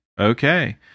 okay